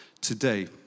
today